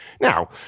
Now